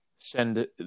Send